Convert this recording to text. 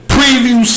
Preview